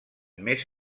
més